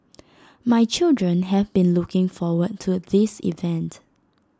my children have been looking forward to this event